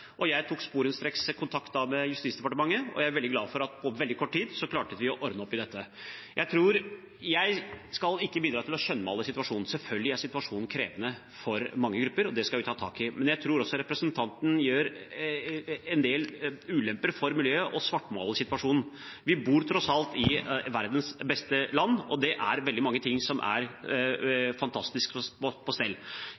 og jeg tok sporenstreks kontakt med Justisdepartementet. Jeg er veldig glad for at vi på veldig kort tid klarte å ordne opp i dette. Jeg skal ikke bidra til å skjønnmale situasjonen. Selvfølgelig er situasjonen krevende for mange grupper, og det skal vi ta tak i. Men jeg tror også representanten gjør en del ulemper for miljøet og svartmaler situasjonen. Vi bor tross alt i verdens beste land, og det er veldig mange ting som er